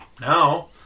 now